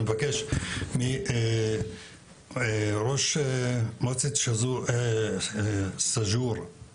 אני מבקש מראש מועצת סאג'ור,